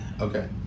Okay